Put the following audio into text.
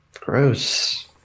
Gross